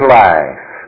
life